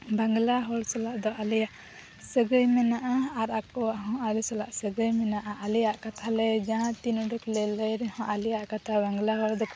ᱵᱟᱝᱞᱟ ᱦᱚᱲ ᱥᱟᱞᱟᱜ ᱫᱚ ᱟᱞᱮᱭᱟᱜ ᱥᱟᱹᱜᱟᱹᱭ ᱢᱮᱱᱟᱜᱼᱟ ᱟᱨ ᱟᱠᱚᱣᱟᱜ ᱦᱚᱸ ᱟᱞᱮ ᱥᱟᱞᱟᱜ ᱥᱟᱹᱜᱟᱹᱭ ᱢᱮᱱᱟᱜᱼᱟ ᱟᱞᱮᱭᱟᱜ ᱠᱟᱛᱷᱟᱞᱮ ᱡᱟᱦᱟᱸ ᱛᱤᱱ ᱩᱰᱤᱡᱞᱮ ᱞᱟᱹᱭ ᱨᱮᱦᱚᱸ ᱟᱞᱮᱭᱟᱜ ᱠᱟᱛᱷᱟ ᱵᱟᱝᱞᱟ ᱦᱚᱲ ᱫᱚᱠᱚ